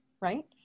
right